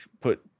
put